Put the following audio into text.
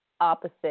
opposite